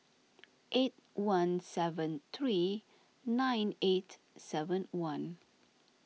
eight one seven three nine eight seven one